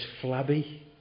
flabby